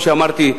כפי שאמרתי,